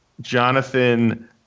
Jonathan